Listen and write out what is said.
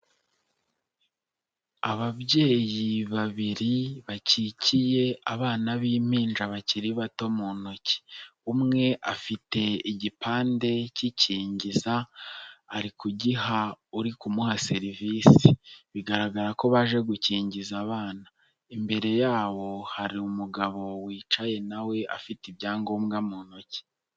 Ababyeyi babiri bakikiye abana b'impinja bakiri bato mu ntoki, umwe afite igipande kikingiza ari kugiha uri kumuha serivisi bigaragara ko baje gukingiza abana, imbere yabo hari umugabo wicaye nawe afite ibyangombwa mu ntoki.